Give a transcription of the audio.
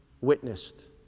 witnessed